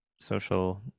Social